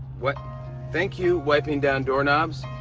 wi thank you, wiping down doorknobs,